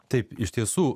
taip iš tiesų